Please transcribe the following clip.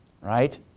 right